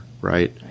right